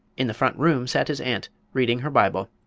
in the front room sat his aunt, reading her bible.